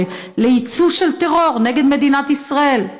ליצוא של טרור נגד מדינת ישראל.